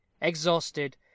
exhausted